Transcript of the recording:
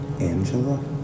Angela